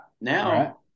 now